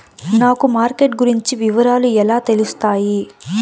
నాకు మార్కెట్ గురించి వివరాలు ఎలా తెలుస్తాయి?